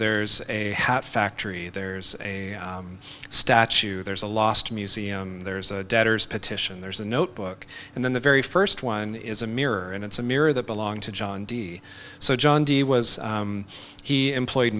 there's a hat factory there's a statue there's a last museum there's a debtor's petition there's a notebook and then the very first one is a mirror and it's a mirror that belonged to john d so john d was he employed